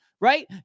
right